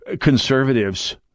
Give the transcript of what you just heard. conservatives